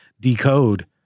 decode